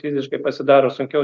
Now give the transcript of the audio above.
fiziškai pasidaro sunkiau